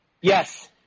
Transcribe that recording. Yes